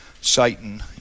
Satan